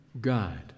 God